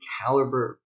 caliber